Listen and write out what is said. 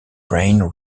brain